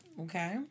Okay